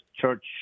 church